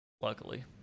Luckily